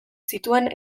zituen